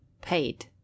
paid